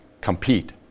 compete